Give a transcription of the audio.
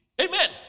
amen